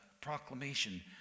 proclamation